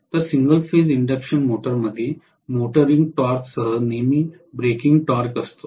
तर single phase induction मोटरमध्ये motoring टॉर्कसह नेहमी ब्रेकिंग टॉर्क असतो